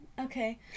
Okay